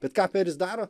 bet ką peris daro